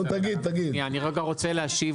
אני רוצה להשיב